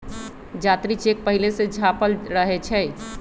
जात्री चेक पहिले से छापल रहै छइ